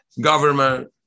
government